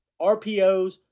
RPOs